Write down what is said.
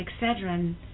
Excedrin